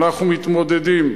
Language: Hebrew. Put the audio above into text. אנחנו מתמודדים.